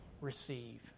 receive